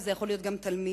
וזה יכול להיות גם תלמיד,